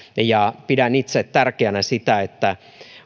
pidän itse tärkeänä sitä että